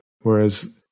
Whereas